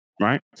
right